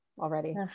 already